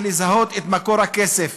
ולזהות את מקור הכסף,